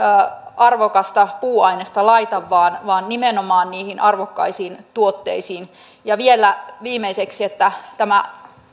arvokasta puuainesta laita vaan vaan nimenomaan niihin arvokkaisiin tuotteisiin ja vielä viimeiseksi että tämä